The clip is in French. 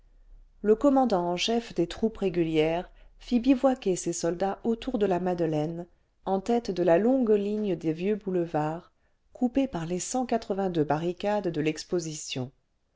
le commandant en chef des troupes régulières fit bivouaquer ses soldats autour de la madeleine en tête de la longue ligne des vieux boulevards coupée par les barricades de l'exposition